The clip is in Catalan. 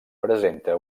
presenta